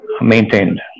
maintained